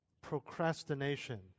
procrastination